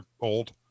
old